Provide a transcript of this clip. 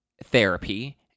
therapy